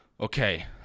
Okay